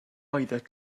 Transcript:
oeddet